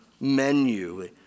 menu